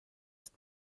ist